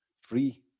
free